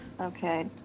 Okay